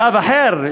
לקו אחר,